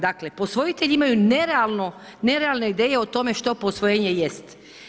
Dakle posvojitelji imaju nerealne ideje o tome što posvojenje jest.